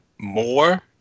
more